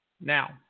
Now